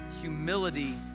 humility